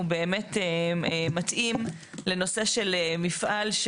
הוא באמת מתאים לנושא של מפעל,